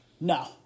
no